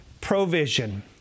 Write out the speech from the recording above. provision